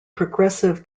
progressive